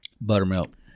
Buttermilk